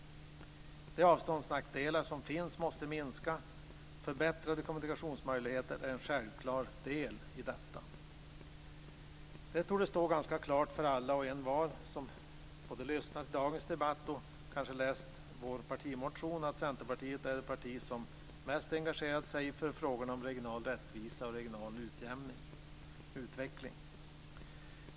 De avståndsnackdelar som finns måste minska. Förbättrade kommunikationsmöjligheter är en självklar del i detta. Det torde stå ganska klart för alla och envar, både de som lyssnar till dagens debatt och de som kanske har läst vår partimotion, att Centerpartiet är det parti som mest engagerat sig i frågorna om regional rättvisa och regional utveckling.